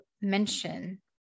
mention